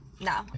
no